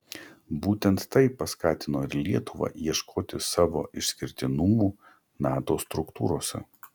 būtent tai paskatino ir lietuvą ieškoti savo išskirtinumų nato struktūrose